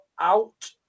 out